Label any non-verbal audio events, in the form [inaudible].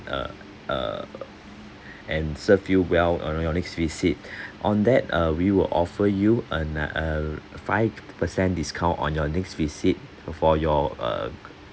err and serve you well on on your next visit [breath] on that uh we will offer you ano~ a five percent discount on your next visit for your err